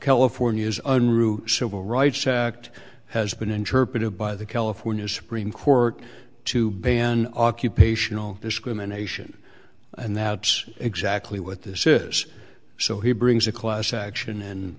california's unruh civil rights act has been interpreted by the california supreme court to ban occupational discrimination and that's exactly what this is so he brings a class action